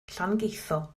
llangeitho